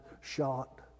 shot